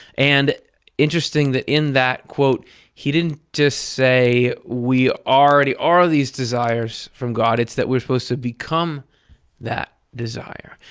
and interesting that in that quote he didn't just say we already are these desires from god. it's that we're supposed to become that desire.